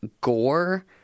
Gore